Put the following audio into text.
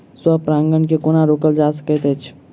स्व परागण केँ कोना रोकल जा सकैत अछि?